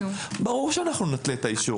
ברור שנתלה את האישור.